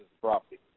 property